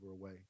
away